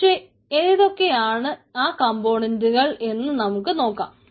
പക്ഷേ ഏതൊക്കെയാണ് ആ കംപോണന്റുകൾ എന്ന് നമുക്ക് നോക്കാം